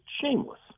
shameless